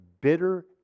bitter